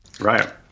Right